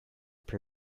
per